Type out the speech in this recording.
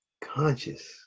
conscious